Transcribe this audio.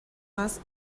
más